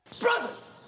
Brothers